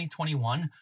2021